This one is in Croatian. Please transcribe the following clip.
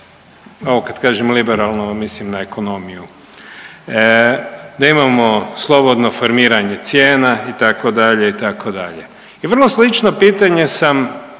ovo kad kažem liberalno mislim na ekonomiju, da imamo slobodno formiranje cijena itd., itd. i vrlo slično pitanje sam